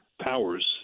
powers